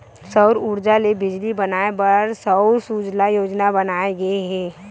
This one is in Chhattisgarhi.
सउर उरजा ले बिजली बनाए बर सउर सूजला योजना लाए गे हे